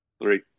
Three